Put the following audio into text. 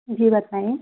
जी बताइए